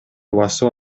басып